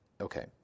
Okay